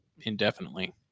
indefinitely